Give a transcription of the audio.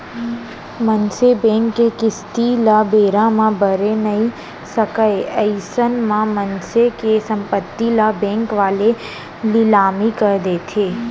मनसे बेंक के किस्ती ल बेरा म भरे नइ सकय अइसन म मनसे के संपत्ति ल बेंक वाले लिलामी कर देथे